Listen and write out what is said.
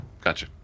Gotcha